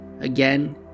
again